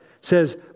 says